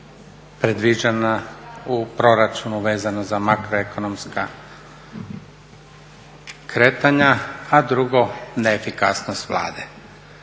predviđena u proračunu vezana za makroekonomska kretanja a drugo neefikasnost Vlade.